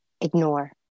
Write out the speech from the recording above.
ignore